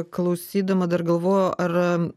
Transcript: klausydama dar galvoju ar